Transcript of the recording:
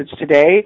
today